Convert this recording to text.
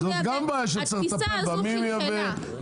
התפיסה הזאת היא קטנה.